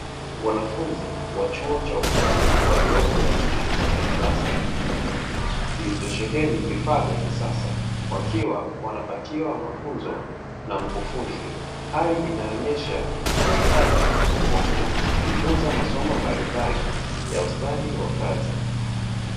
Wanafunzi wa chuo cha ufundi waliopo ndani ya chumba cha darasa kilichosheheni vifaa vya kisasa, wakiwa wanapatiwa mafunzo na mkufunzi, hali inayoonesha uhitaji wa kujifunza masomo mbalimbali ya ustadi wa kazi.